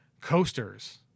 coasters